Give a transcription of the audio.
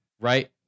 right